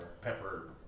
Pepper